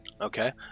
Okay